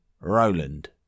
Roland